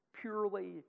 purely